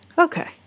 Okay